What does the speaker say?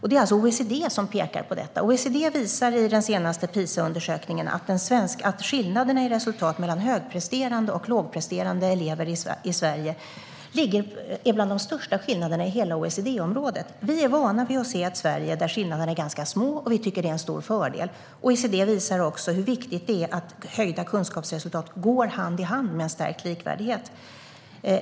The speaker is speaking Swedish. Detta pekar OECD på, som i den senaste PISA-undersökningen visar att skillnaderna i resultat mellan högpresterande och lågpresterande elever i Sverige är bland de största i hela OECD-området. Vi är vana vid att se ganska små skillnader i Sverige och tycker att det är en stor fördel. OECD visar också hur viktigt det är att höjda kunskapsresultat går hand i hand med en stärkt likvärdighet.